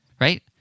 right